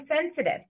sensitive